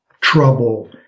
trouble